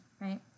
right